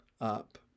up